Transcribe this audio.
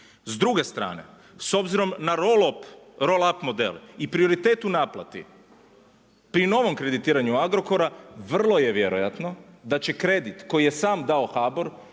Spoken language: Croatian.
S druge strane, s obzirom na roll up model i prioritet u naplati, pri novom kreditiranju Agrokora, vrlo je vjerojatno da će kredit koji je sam dao HBOR,